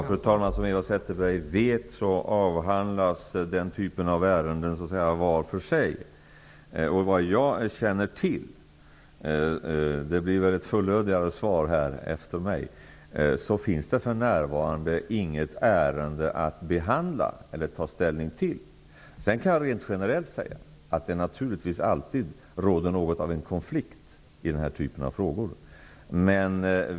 Fru talman! Som Eva Zetterberg vet avhandlas dessa typer av ärenden var för sig. Såvitt jag känner till -- det kommer ett fullödigare svar efter mitt -- finns det för närvarande inget ärende att behandla eller ta ställning till. Jag kan rent generellt säga att det naturligtvis alltid råder något av en konflikt i denna typ av frågor.